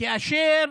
כאשר